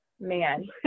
man